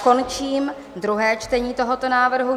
Končím druhé čtení tohoto návrhu.